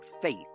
faith